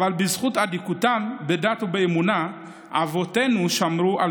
אבל בזכות אדיקותם בדת ובאמונה אבותינו שמרו על